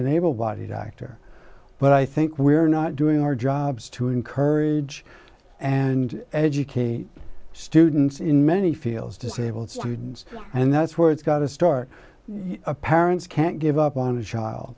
an able bodied actor but i think we are not doing our jobs to encourage and educate students in many fields disabled students and that's where it's got to start a parents can't give up on a child